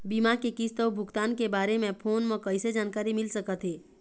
बीमा के किस्त अऊ भुगतान के बारे मे फोन म कइसे जानकारी मिल सकत हे?